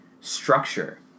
structure